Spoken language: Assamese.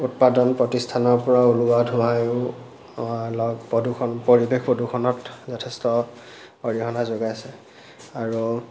উৎপাদন প্ৰতিষ্ঠানৰ পৰা ওলোৱা ধোঁৱাইয়ো প্ৰদূষণ পৰিৱেশ প্ৰদূষণত যথেষ্ট অৰিহণা যোগাইছে আৰু